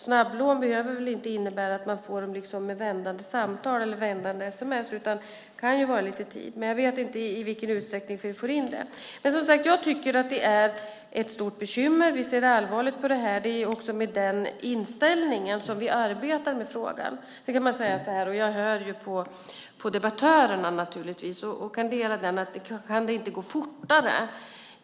Snabblån behöver inte innebära att man får dem med vändande sms. Det kan ju gå lite tid, men jag vet inte i vilken utsträckning vi får in det. Jag tycker att det är ett stort bekymmer. Vi ser allvarligt på detta. Det är med den inställningen som vi arbetar med frågan. Jag hör på debattörerna att de undrar om det inte kan gå fortare, och jag förstår det.